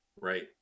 right